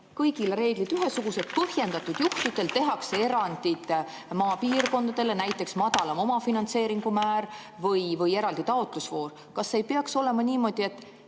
kõigil ühesugused reeglid, põhjendatud juhtudel tehakse erandid maapiirkondadele, näiteks madalam omafinantseeringu määr või eraldi taotlusvoor. Kas ei peaks olema niimoodi, et